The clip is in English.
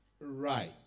Right